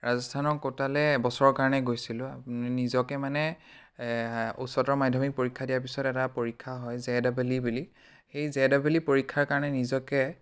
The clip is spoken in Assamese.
ৰাজস্থানৰ কোটালৈ এবছৰৰ কাৰণে গৈছিলোঁ নিজকে মানে উচ্চতৰ মাধ্যমিক পৰীক্ষা দিয়াৰ পিছত এটা পৰীক্ষা হয় জে ডাবল ই বুলি সেই জে ডাবল ই পৰীক্ষাৰ কাৰণে নিজকে